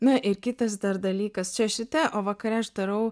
na ir kitas dalykas čia šita o vakare aš darau